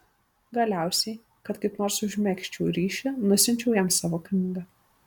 galiausiai kad kaip nors užmegzčiau ryšį nusiunčiau jam savo knygą